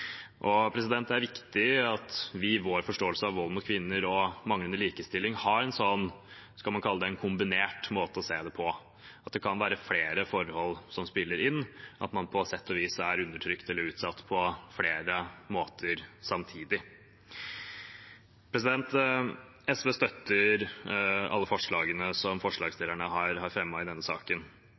og tilleggsutfordringer. Det er viktig at vi i vår forståelse av vold mot kvinner og manglende likestilling har – skal man kalle det – en kombinert måte å se dette på: at det kan være flere forhold som spiller inn, og at man på sett og vis er undertrykt eller utsatt på flere måter samtidig. SV støtter alle forslagene som forslagsstillerne har fremmet i denne saken.